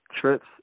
Trips